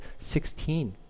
16